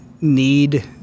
need